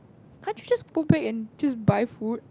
can't you just go back and just buy food